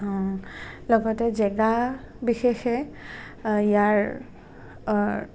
লগতে জেগাবিশেষে ইয়াৰ